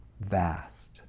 Vast